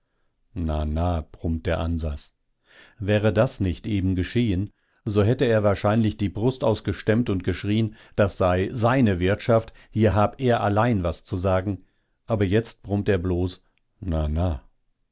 na na brummt der ansas wäre das nicht eben geschehen so hätte er wahrscheinlich die brust ausgestemmt und geschrien das sei seine wirtschaft hier hab er allein was zu sagen aber jetzt brummt er bloß na na